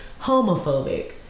homophobic